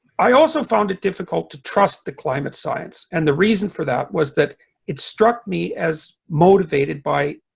i also found it difficult to trust the climate science and the reason for that was that it struck me as motivated by